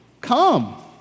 Come